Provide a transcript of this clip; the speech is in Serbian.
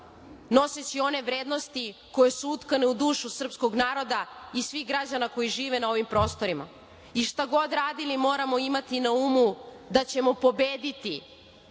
noseći one vrednosti koje su utkane u dušu srpskog naroda i svih građana koji žive na ovim prostorima. Šta god radili, moramo imati na umu da ćemo pobediti,